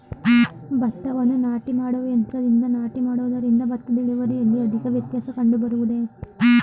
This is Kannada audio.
ಭತ್ತವನ್ನು ನಾಟಿ ಮಾಡುವ ಯಂತ್ರದಿಂದ ನಾಟಿ ಮಾಡುವುದರಿಂದ ಭತ್ತದ ಇಳುವರಿಯಲ್ಲಿ ಅಧಿಕ ವ್ಯತ್ಯಾಸ ಕಂಡುಬರುವುದೇ?